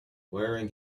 wearing